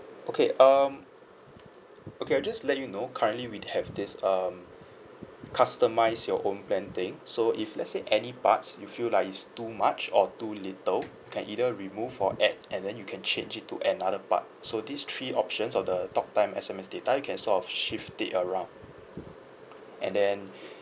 okay um okay I'll just let you know currently we have this um customise your own plan thing so if let's say any parts you feel like it's too much or too little can either remove or add and then you can change it to another part so these three options of the talk time S_M_S data you can sort of shift it around and then